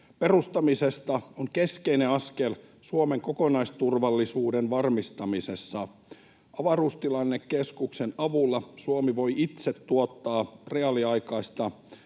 perustamisesta on keskeinen askel Suomen kokonaisturvallisuuden varmistamisessa. Avaruustilannekeskuksen avulla Suomi voi itse tuottaa reaaliaikaista